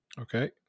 Okay